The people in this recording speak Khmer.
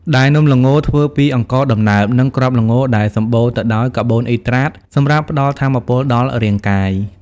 ដែលនំល្ងធ្វើពី អង្ករដំណើប និង គ្រាប់ល្ង ដែលសម្បូរទៅដោយ កាបូនអ៊ីដ្រាត សម្រាប់ផ្ដល់ថាមពលដល់រាងកាយ។